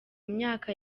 myaka